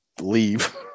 leave